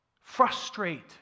Frustrate